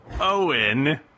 Owen